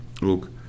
look